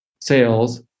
sales